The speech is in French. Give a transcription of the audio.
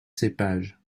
cépage